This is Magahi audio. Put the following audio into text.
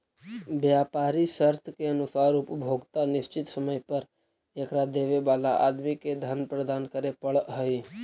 व्यापारी शर्त के अनुसार उपभोक्ता निश्चित समय पर एकरा देवे वाला आदमी के धन प्रदान करे पड़ऽ हई